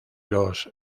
los